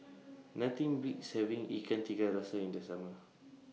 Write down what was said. Nothing Beats having Ikan Tiga Rasa in The Summer